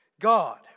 God